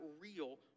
real